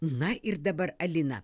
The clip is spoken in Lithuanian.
na ir dabar alina